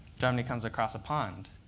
jomny comes across a pond.